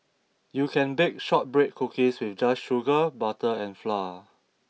you can bake shortbread cookies with just sugar butter and flour